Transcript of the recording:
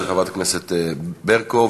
של חברת הכנסת ברקו,